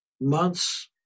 months